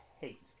hate